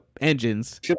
engines